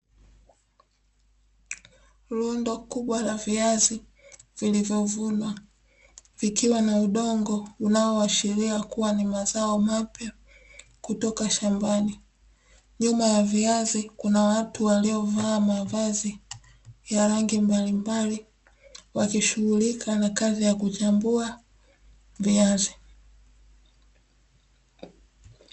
Lundo kubwa la viazi vilivyovunwa vikiwa na udongo unaoashiria kuwa ni mazao mapya kutoka shambani. Nyuma ya viazi kuna watu waliovaa mavazi ya rangi mbalimbali wakishughulika na kuchambua viazi.